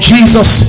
Jesus